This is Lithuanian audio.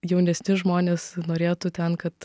jaunesni žmonės norėtų ten kad